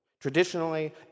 Traditionally